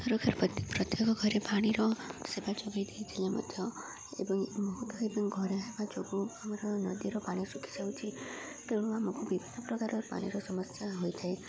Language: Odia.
ସରକାର ପ୍ରତ୍ୟେକ ଘରେ ପାଣିର ସେବା ଯୋଗେଇ ଦେଇଥିଲେ ମଧ୍ୟ ଏବଂ ଏବଂ ଘରେ ହେବା ଯୋଗୁଁ ନଦୀର ପାଣି ଶୁଖିଯାଉଛି ତେଣୁ ଆମକୁ ବିଭିନ୍ନ ପ୍ରକାର ପାଣିର ସମସ୍ୟା ହୋଇଥାଏ